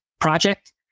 project